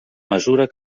mesura